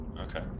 Okay